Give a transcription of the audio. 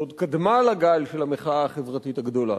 שעוד קדמה לגל של המחאה החברתית הגדולה?